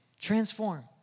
Transform